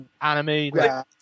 anime